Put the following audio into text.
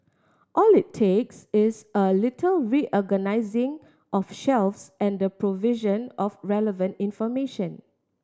all it takes is a little reorganising of shelves and the provision of relevant information